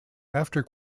after